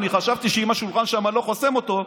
אני חשבתי שאם השולחן שם לא היה חוסם אותו,